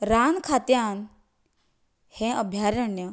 रान खात्यान हें अभ्यारण्य